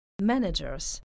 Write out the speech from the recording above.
managers